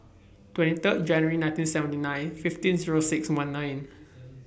twenty Third January nineteen seventy nine fifteen Zero six one nine